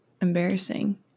embarrassing